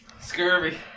Scurvy